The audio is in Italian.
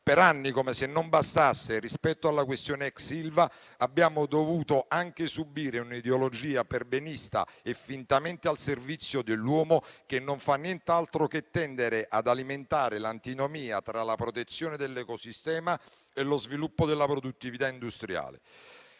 Per anni, come se non bastasse, rispetto alla questione ex Ilva abbiamo dovuto anche subire un'ideologia perbenista e fintamente al servizio dell'uomo, che non fa nient'altro che tendere ad alimentare l'antinomia tra la protezione dell'ecosistema e lo sviluppo della produttività industriale.